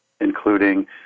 including